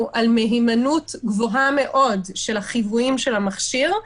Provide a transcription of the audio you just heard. על מהימנות גבוהה מאוד של החיוויים של המכשיר,